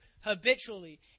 habitually